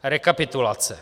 Rekapitulace.